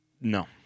No